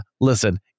listen